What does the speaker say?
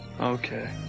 okay